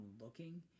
looking